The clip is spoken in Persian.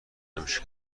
همیشه